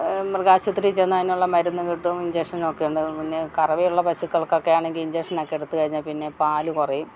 മൃഗാശുപത്രിയിൽ ചെന്നാൽ അതിനുള്ള മരുന്ന് കിട്ടും ഇഞ്ചക്ഷനൊക്കെയുണ്ടാകും പിന്നെ കറവയുള്ള പശുക്കൾക്കൊക്കെ ആണെങ്കിൽ ഇഞ്ചക്ഷനൊക്കെ എടുത്തുകഴിഞ്ഞാൽ പിന്നെ പാല് കുറയും